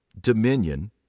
dominion